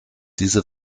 diese